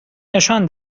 نشان